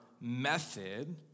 method